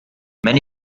many